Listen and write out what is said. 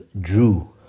drew